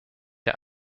der